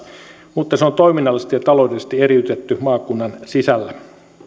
mutta se on toiminnallisesti ja taloudellisesti eriytetty maakunnan sisällä